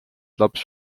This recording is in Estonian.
laps